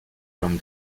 from